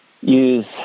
use